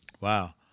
Wow